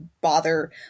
bother